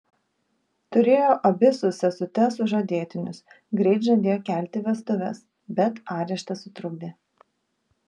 turėjo abi su sesute sužadėtinius greit žadėjo kelti vestuves bet areštas sutrukdė